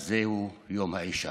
אז זהו יום האישה.